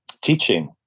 teaching